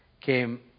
came